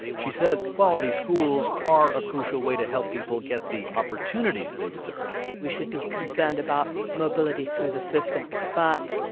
she says quality schools are a crucial way to help people get the opportunities they deserve we should be concerned about mobility through the system. but,